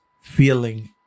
feeling